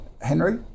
Henry